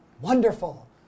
wonderful